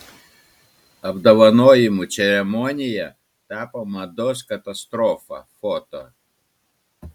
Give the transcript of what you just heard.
apdovanojimų ceremonija tapo mados katastrofa foto